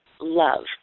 love